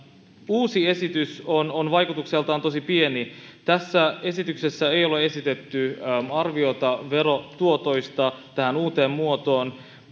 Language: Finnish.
uusi esitys on on vaikutukseltaan tosi pieni tässä esityksessä ei ole esitetty arviota verotuotoista tähän uuteen muotoon